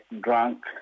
drunk